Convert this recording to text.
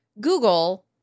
Google –